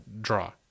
draw